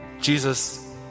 Jesus